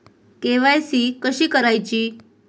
KYC कशी करायची?